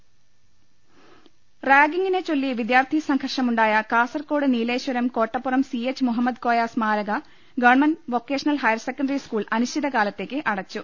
ലലലലലലലലലലലലല റാഗിംങ്ങിനെച്ചൊല്ലി വിദ്യാർത്ഥിസംഘർഷമുണ്ടായ Kasaragod Nileshwaram Kottappuram C H Muhammad Koya സ്മാരക ഗവൺമെന്റ് വൊക്കേഷണൽ ഹയർസെക്കണ്ടറി സ്കൂൾ അനിശ്ചിതകാലത്തേക്ക് അടച്ചു